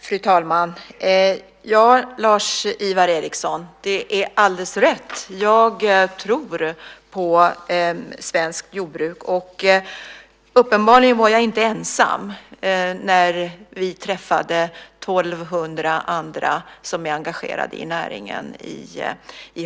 Fru talman! Det är alldeles rätt, Lars-Ivar Ericson. Jag tror på svenskt jordbruk. Uppenbarligen var jag inte ensam när vi i Höör i Skåne träffade 1 200 andra som är engagerade i näringen.